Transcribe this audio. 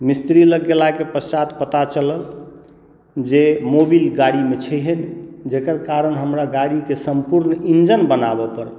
मिस्त्री लग गेलाके बाद पता चलल जे मोबिल गाड़ीमे छेहियै नहि जेकर कारण हमरा गाड़ीके सम्पूर्ण इन्जन बनाबै पड़ल